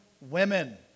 women